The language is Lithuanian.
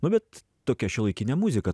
nu bet tokia šiuolaikinė muzika